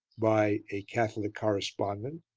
by a catholic correspondent,